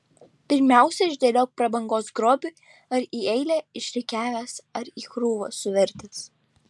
pirmiausia išdėliok prabangos grobį ar į eilę išrikiavęs ar į krūvą suvertęs